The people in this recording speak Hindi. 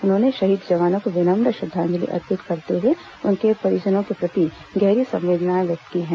उन्होंने शहीद जवानों को विनम्र श्रद्धांजलि अर्पित करते हुए उनके परिजनों के प्रति गहरी संवेदनाएं व्यक्त की हैं